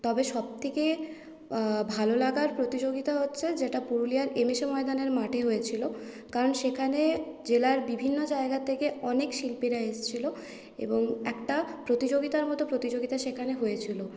তবে সবথেকে ভালোলাগার প্রতিযোগিতা হচ্ছে যেটা পুরুলিয়ার এমএসএ ময়দানের মাঠে হয়েছিলো কারণ সেখানে জেলার বিভিন্ন জায়গা থেকে অনেক শিল্পীরা এসছিল এবং একটা প্রতিযোগিতার মতো প্রতিযোগিতা সেখানে হয়েছিল